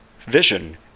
Vision